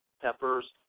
peppers